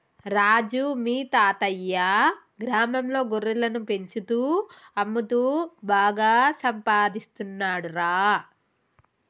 రాజు మీ తాతయ్యా గ్రామంలో గొర్రెలను పెంచుతూ అమ్ముతూ బాగా సంపాదిస్తున్నాడురా